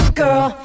girl